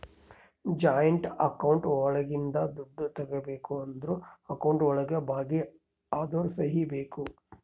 joint account ಒಳಗಿಂದ ದುಡ್ಡು ತಗೋಬೇಕು ಅಂದ್ರು ಅಕೌಂಟ್ ಒಳಗ ಭಾಗಿ ಅದೋರ್ ಸಹಿ ಬೇಕು